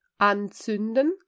anzünden